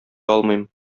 алмыйм